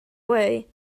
way